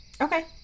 Okay